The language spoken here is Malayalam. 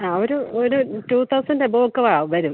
ആ ഒരു ഒരു ടു തൗസൻഡ് എബോവ് ഒക്കെ ആ വരും